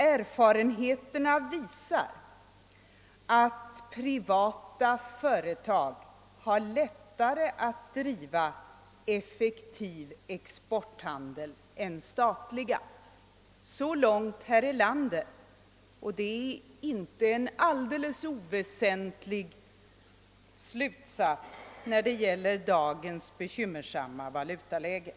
Erfarenheterna visar att privata företag har lättare att driva effektiv exporthandel än statliga.» Så långt herr Erlander. Detta är en inte alldeles oväsentlig slutsats när det gäller dagens bekymmersamma valutaläge.